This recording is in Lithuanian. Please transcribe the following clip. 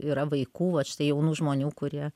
yra vaikų vat štai jaunų žmonių kurie